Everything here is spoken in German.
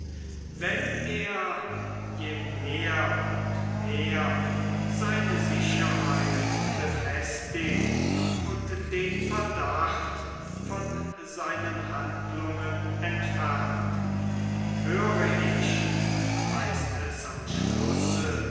wenn er je mehr und mehr seine sicherheit befestigt und den verdacht von seinen handlungen entfernt höre ich heißt es am schlusse